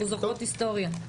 אנחנו זוכרות היסטוריה.